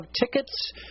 tickets